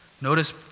notice